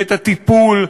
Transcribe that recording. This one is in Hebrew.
ואת הטיפול,